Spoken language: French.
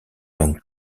langues